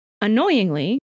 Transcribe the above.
Annoyingly